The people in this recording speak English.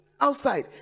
outside